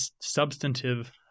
substantive